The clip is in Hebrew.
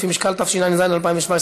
אינו נוכח,